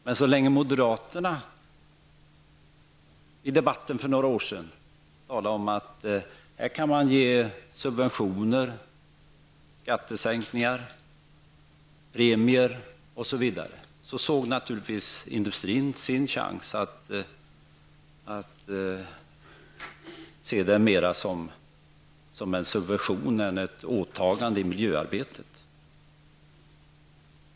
Men så länge som moderaterna i debatten för ett par år sedan talade om att man kunde ge subventioner, skattesänkningar, premier osv., såg naturligtivs industrin detta mer som en subvention än som ett åtagande i miljöarbetet.